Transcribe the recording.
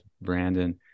brandon